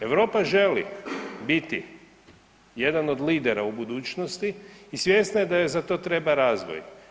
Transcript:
Europa želi biti jedan od lidera u budućnosti i svjesna je da joj za to treba razvoj.